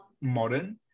modern